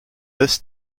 this